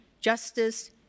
justice